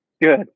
Good